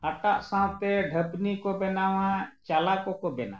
ᱦᱟᱴᱟᱜ ᱥᱟᱶᱛᱮ ᱰᱷᱟᱯᱱᱤ ᱠᱚ ᱵᱮᱱᱟᱣᱟ ᱪᱟᱞᱟ ᱠᱚᱠᱚ ᱵᱮᱱᱟᱣᱟ